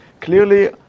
clearly